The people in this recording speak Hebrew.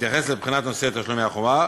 בהתייחס לבחינת נושא תשלומי החובה,